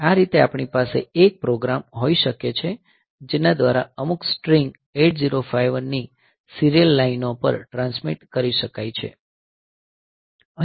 આ રીતે આપણી પાસે એક પ્રોગ્રામ હોઈ શકે છે જેના દ્વારા અમુક સ્ટ્રિંગ 8051 ની સીરીયલ લાઈનો પર ટ્રાન્સમિટ કરી શકાય છે